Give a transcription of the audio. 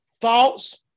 thoughts